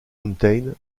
mountain